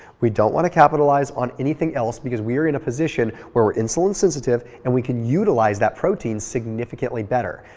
we don't want to capitalize on anything else because we are in a position where we're insulin sensitive and we can utilize that protein significantly better.